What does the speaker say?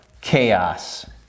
chaos